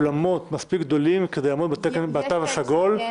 אולמות מספיק גדולים כדי לעמוד בתו הסגול.